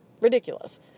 ridiculous